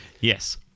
Yes